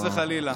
חס וחלילה.